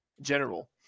general